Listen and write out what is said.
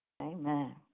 Amen